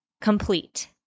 complete